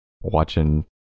watching